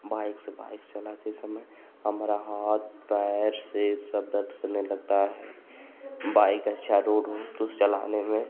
bike से bike चलाते समय हमारा हाथ पैर सिर सब दर्द करने लगता है बाइक़ अच्छी रोड हो तो चलाने में